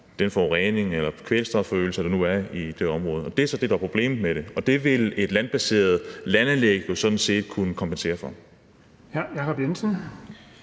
den forurening eller kvælstofforøgelse, eller hvad der nu er, i det område. Det er det, der er problemet med det, og det vil et landbaseret anlæg jo sådan set kunne kompensere for.